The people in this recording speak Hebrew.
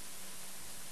הנסיעה